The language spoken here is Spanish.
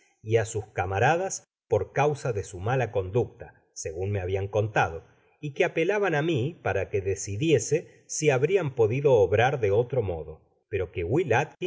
á sus cantaradas por causa de su mala conducta segun me habian contado y que apelaban á mí para que decidiese si habrian podido obrar de otro modo pero que